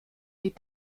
die